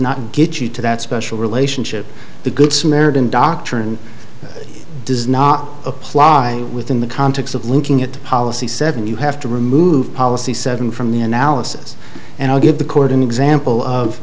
not get you to that special relationship the good samaritan doctrine does not apply within the context of linking it to policy seven you have to remove policy seven from the analysis and i'll give the court an example of